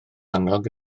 annog